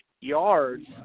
yards